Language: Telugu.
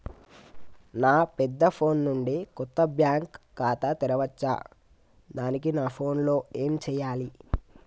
నా పెద్ద ఫోన్ నుండి కొత్త బ్యాంక్ ఖాతా తెరవచ్చా? దానికి నా ఫోన్ లో ఏం చేయాలి?